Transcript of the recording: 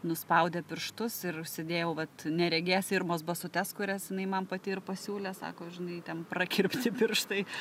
nuspaudė pirštus ir užsidėjau vat neregės irmos basutes kurias jinai man pati ir pasiūlė sako žinai ten prakirpti pirštai